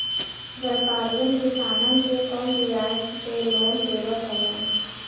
व्यापरीयन किसानन के कम बियाज पे लोन देवत हउवन